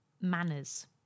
manners